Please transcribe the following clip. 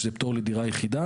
שזה פטור לדירה יחידה,